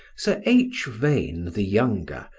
sir h. vane, the younger,